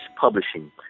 publishing